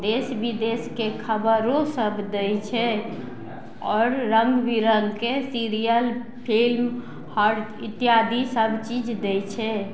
देश विदेशके खबरो सब दै छै आओर रङ्ग बिरङ्ग के सीरियल फिल्म हर इत्यादि सब चीज दै छै